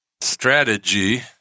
strategy